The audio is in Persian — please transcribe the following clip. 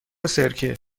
سرکه